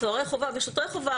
סוהרי חובה ושוטרי חובה,